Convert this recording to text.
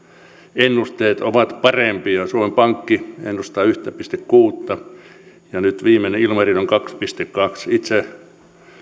ennusteet ovat parempia suomen pankki ennustaa yhtä pilkku kuutta prosenttia ja nyt viimeinen ennuste ilmarisen on kaksi pilkku kaksi itse